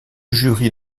jury